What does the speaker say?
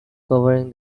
covering